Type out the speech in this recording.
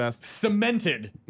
cemented